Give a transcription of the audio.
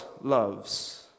loves